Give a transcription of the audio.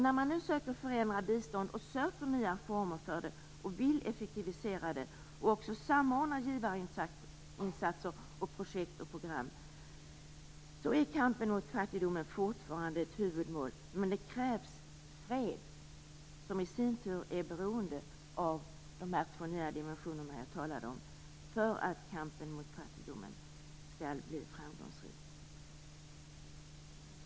När man nu söker förändra biståndet, söker nya former, vill effektivisera det och även samordna givarinsatser, projekt och program, är kampen mot fattigdomen fortfarande ett huvudmål. Men det krävs fred, som i sin tur är beroende av de två nya dimensioner jag talade om, för att kampen mot fattigdomen skall bli framgångsrik.